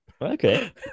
Okay